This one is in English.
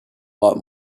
lot